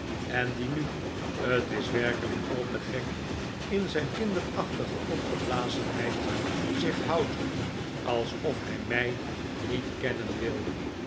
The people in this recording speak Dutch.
en die nu t is werkelijk al te gek in zijn kinderachtige opgeblazenheid zich houdt alsof hij m ij niet kennen wil